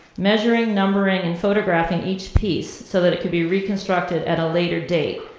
measuring, numbering, and photographing each piece so that it could be reconstructed at a later date.